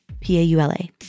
P-A-U-L-A